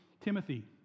Timothy